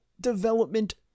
development